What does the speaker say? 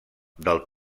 del